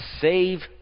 save